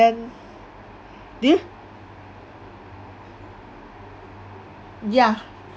then do you yeah